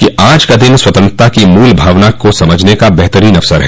कि आज का दिन स्वतंत्रता की मूल भावना के समझने का बेहतरीन अवसर है